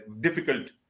difficult